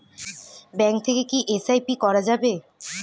Bank থেকে কী SIP করা যাবে?